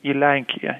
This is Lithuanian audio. į lenkiją